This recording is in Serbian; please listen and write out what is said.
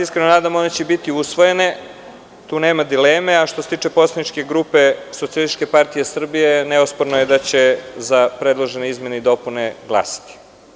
Iskreno se nadam one će biti usvojene, tu nema dileme, a što se tiče poslaničke grupe Socijalističke partije Srbije neosporno je da će za predložene izmene i dopune glasati.